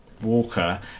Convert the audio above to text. Walker